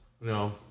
No